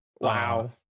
Wow